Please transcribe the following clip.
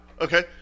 Okay